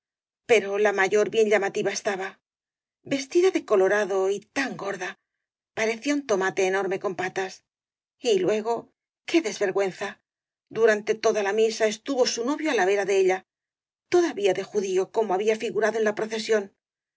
pero la mayor bien llamativa estaba vestida de co lorado y tan gorda parecía un tomate enorme con patas y luego qué desvergüenza durante toda la misa estuvo su novio á la vera de ella todavía de judío como había figurado en la procesión